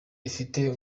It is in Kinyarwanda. ifite